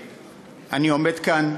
אני עומד כאן